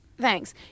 Thanks